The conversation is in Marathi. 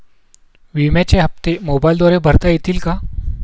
विम्याचे हप्ते मोबाइलद्वारे भरता येतील का?